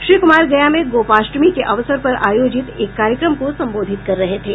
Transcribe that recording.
श्री कुमार गया में गोपाष्टमी के अवसर पर आयोजित एक कार्यक्रम को संबोधित कर रहे थे